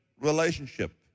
relationship